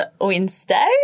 Wednesday